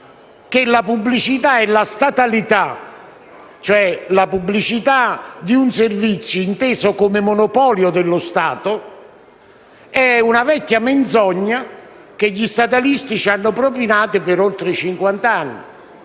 la pubblicità e la statualità cioè la pubblicità di un servizio inteso come monopolio dello Stato, è una vecchia menzogna che gli statalisti ci hanno propinato per oltre cinquanta